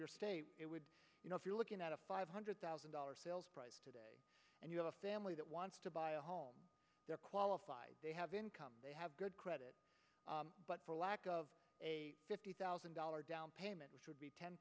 from it would be you know if you're looking at a five hundred thousand dollars sales price today and you have a family that wants to buy a home they're qualified they have income they have good credit but for lack of a fifty thousand dollars down payment which would be ten